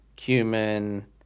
Cumin